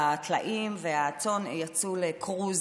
הטלאים והצאן יצאו לקרוז